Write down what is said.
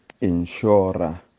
insurer